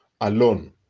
alone